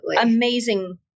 amazing